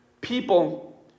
people